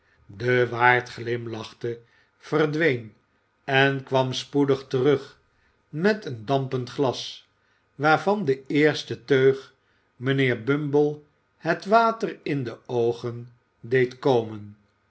de waard glimlachte verdween en kwam spoedig terug met een dampend glas waarvan de eerste teug mijnheer bumble het water in de oogen deed komen